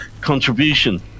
contribution